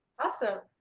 awesome!